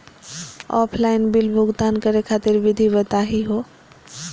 Offline bill भुगतान करे खातिर विधि बताही हो?